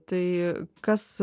tai kas